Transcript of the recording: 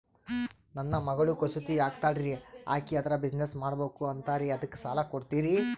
ನನ್ನ ಮಗಳು ಕಸೂತಿ ಹಾಕ್ತಾಲ್ರಿ, ಅಕಿ ಅದರ ಬಿಸಿನೆಸ್ ಮಾಡಬಕು ಅಂತರಿ ಅದಕ್ಕ ಸಾಲ ಕೊಡ್ತೀರ್ರಿ?